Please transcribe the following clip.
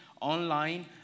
online